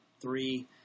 three